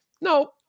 No